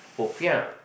popiah